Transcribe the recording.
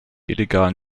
illegalen